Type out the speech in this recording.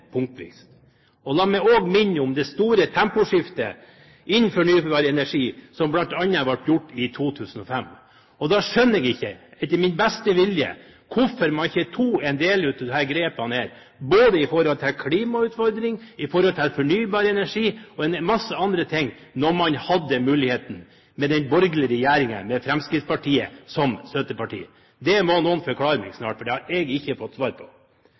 La meg også minne om det store temposkiftet innenfor fornybar energi som bl.a. ble gjort i 2005. Da skjønner jeg ikke, med min beste vilje, hvorfor ikke den borgerlige regjeringen – med Fremskrittspartiet som støtteparti – tok en del av disse grepene når det gjelder klimautfordringer, fornybar energi og en masse andre ting da de hadde muligheten til det. Det må noen forklare meg snart, for det har jeg ikke fått svar på.